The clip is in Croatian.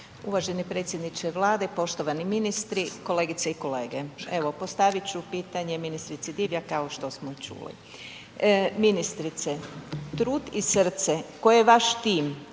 uvaženi predsjedniče Vlade, poštovani ministri, kolegice i kolege, evo postavit ću pitanje ministrici Divjak kao što smo i čuli. Ministrice, trud i srce koje je vaš tim